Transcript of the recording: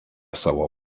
savo